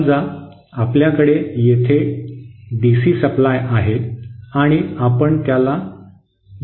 समजा आपल्याकडे येथे डीसी सप्लाय आहे आणि आपण त्याला जोडले आहे